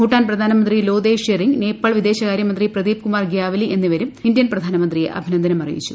ഭൂട്ടാൻ പ്രധാനമന്ത്രി ലോ്ട്തേയ് ഷെറിങ് നേപ്പാൾ വിദേശകാര്യ മന്ത്രി പ്രദീപ് കുമാർ ഗ്യാവലി എന്നിവരും ഇന്ത്യൻ പ്രധാനമന്ത്രിയെ അഭിനന്ദനമറിയിച്ചു